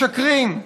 משקרים.